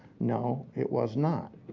no, it was not.